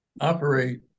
operate